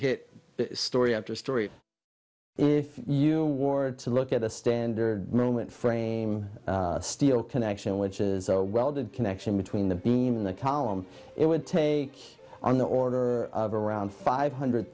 hit story after story if you ward to look at a standard moment frame steel connection which is a welded connection between the beam in the column it would take on the order of around five hundred